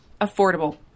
affordable